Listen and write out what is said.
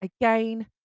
again